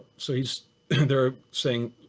so he's there saying,